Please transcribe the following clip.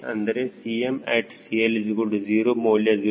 ಅಂದರೆ 𝐶matCL0 ಮೌಲ್ಯ 0